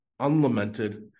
unlamented